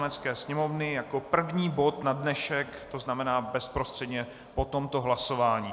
Poslanecké sněmovny jako první bod na dnešek, to znamená bezprostředně po tomto hlasování.